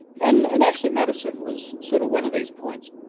and and ashley madison was sort of one of these points,